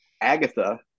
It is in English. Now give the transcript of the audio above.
Agatha